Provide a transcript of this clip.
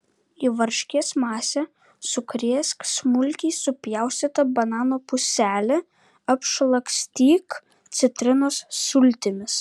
į varškės masę sukrėsk smulkiai supjaustytą banano puselę apšlakstyk citrinos sultimis